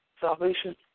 Salvation